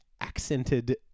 Accented